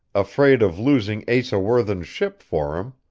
afraid of losing asa worthen's ship for him.